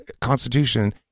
constitution